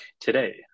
today